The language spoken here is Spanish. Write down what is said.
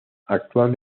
actual